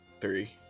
three